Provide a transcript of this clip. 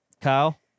Kyle